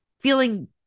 feeling